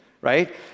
right